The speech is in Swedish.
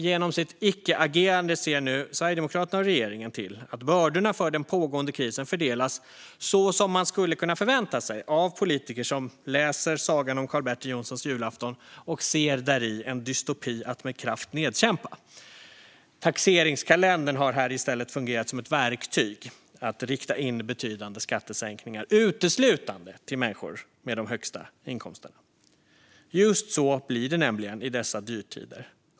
Genom sitt icke-agerande ser Sverigedemokraterna och regeringen till att bördorna för den pågående krisen fördelas så som man skulle kunna förvänta sig av politiker som läser Sagan om Karl-Bertil Jonssons julafton och däri ser en dystopi att med kraft nedkämpa. Taxeringskalendern har här i stället fungerat som ett verktyg att rikta betydande skattesänkningar uteslutande till människor med de högsta inkomsterna. Just så blir det nämligen i dessa dyrtider.